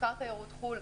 בעיקר תיירות חו"ל,